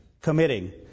committing